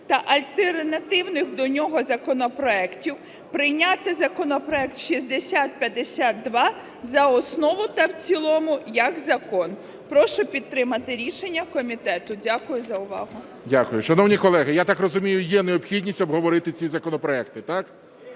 та альтернативних до нього законопроектів прийняти законопроект 6052 за основу та в цілому як закон. Прошу підтримати рішення комітету. Дякую за увагу. ГОЛОВУЮЧИЙ. Дякую. Шановні колеги, я так розумію, є необхідність обговорити ці законопроекти, так?